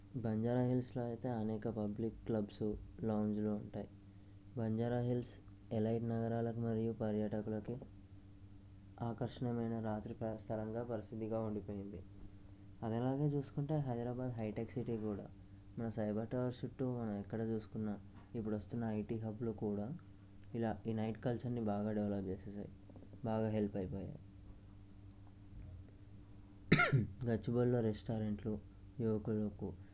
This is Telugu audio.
బంజారాహిల్స్లో అయితే అనేక పబ్లిక్ క్లబ్స్ లాంజులు ఉంటాయి బంజారాహిల్స్ ఎలైట్ నగరాలకు మరియు పర్యాటకులకు ఆకర్షణమైన రాత్రి పరస్థలంగా పరిస్థితిగా ఉండిపోయింది అదనంగా చూసుకుంటే హైదరాబాద్ హైటెక్ సిటీ కూడా మన సైబర్ టవర్ చుట్టు మనం ఎక్కడ చూసుకున్నా ఇప్పుడు వస్తున్న ఐటీ హబ్బులు కూడా ఇలా ఈ నైట్ కల్చర్ ని బాగా డెవలప్ చేసినాయి బాగా హెల్ప్ అయిపోయినాయి గచ్చిబౌలిలో రెస్టారెంట్లు యువకులకు